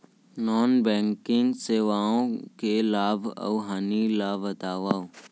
non banking सेवाओं के लाभ अऊ हानि ला बतावव